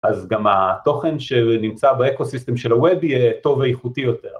‫אז גם התוכן שנמצא באקו-סיסטם של הווב ‫יהיה טוב ואיכותי יותר.